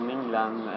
England